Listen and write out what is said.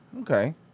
Okay